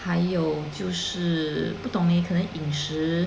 还有就是不懂 leh 可能饮食